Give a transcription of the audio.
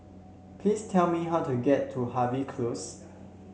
please tell me how to get to Harvey Close